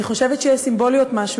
אני חושבת שיש סימבוליות-מה,